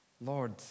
lord